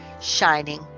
shining